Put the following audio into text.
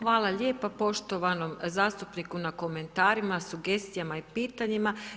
Hvala lijepa poštovanom zastupniku na komentarima, sugestijama i pitanjima.